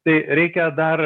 tai reikia dar